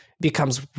becomes